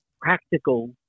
practical